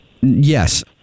Yes